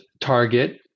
target